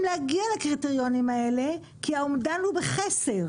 להגיע לקריטריונים האלה כי האומדן הוא בחסר,